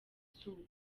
izuba